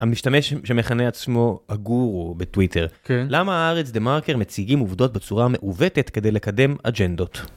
המשתמש שמכנה עצמו עגור בטוויטר. למה הארץ דה מרקר מציגים עובדות בצורה מעוותת כדי לקדם אג'נדות?